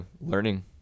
learning